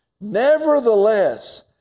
Nevertheless